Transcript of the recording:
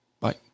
Bye